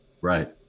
Right